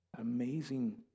amazing